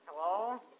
Hello